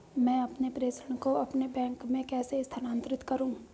मैं अपने प्रेषण को अपने बैंक में कैसे स्थानांतरित करूँ?